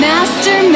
Master